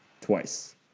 twice